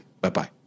Bye-bye